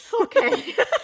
Okay